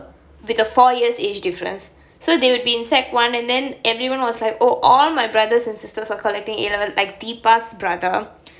with a four year age difference so they would be in secondary one and then everyone was like oh all my brothers and sisters are collecting A levels like deepa's brother